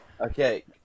Okay